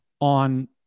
on